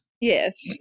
yes